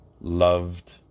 loved